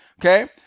Okay